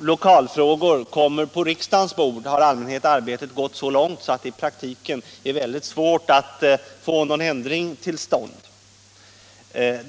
lokalfrågorkommer sn på riksdagens bord har arbetet i allmänhet gått så långt att det i praktiken Om fördelningen av är svårt att få någon ändring till stånd.